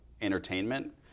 entertainment